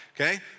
okay